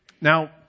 Now